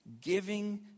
giving